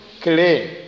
clean